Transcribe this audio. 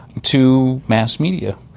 to mass media,